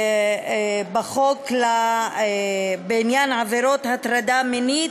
העבירות בחוק בעניין עבירות הטרדה מינית,